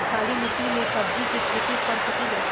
काली मिट्टी में सब्जी के खेती कर सकिले?